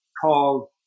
called